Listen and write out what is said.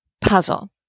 puzzle